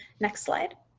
next slide.